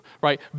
right